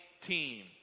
team